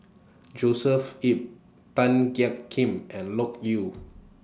Joshua Ip Tan Jiak Kim and Loke Yew